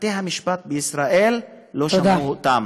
בתי-המשפט בישראל לא שמעו אותם.